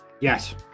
Yes